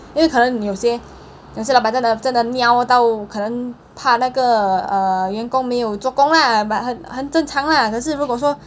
因为可能你有些有些老板真的真的 niao 到可能怕那个 uh 员工没有做工啦 but 很很正常啦可是如果说